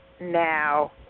now